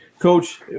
Coach